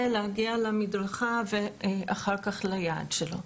ההגעה למדרכה ואחר כך ליעדו.